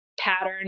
pattern